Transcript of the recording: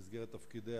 במסגרת תפקידיה,